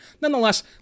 Nonetheless